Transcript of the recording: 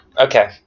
Okay